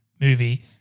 movie